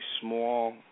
small